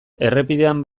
errepidean